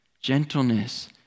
gentleness